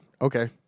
Okay